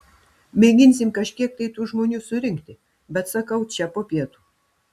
mėginsim kažkiek tai tų žmonių surinkti bet sakau čia po pietų